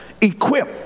equip